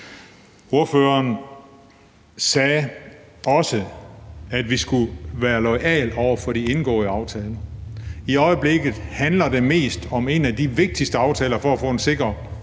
Ordføreren sagde også, at vi skulle være loyale over for de indgåede aftaler. I øjeblikket handler det mest om en af de vigtigste aftaler for at få en sikker